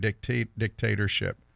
dictatorship